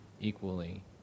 equally